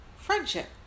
Friendship